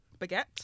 baguette